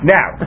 Now